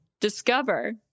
discover